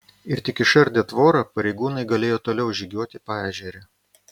ir tik išardę tvorą pareigūnai galėjo toliau žygiuoti paežere